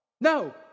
No